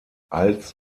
als